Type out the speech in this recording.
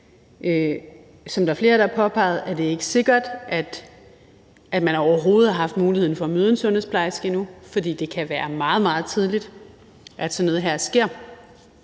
som der er flere, der har påpeget, er det ikke sikkert, at man overhovedet har haft mulighed for at møde en sundhedsplejerske endnu, fordi det kan være meget, meget tidligt, at sådan noget som det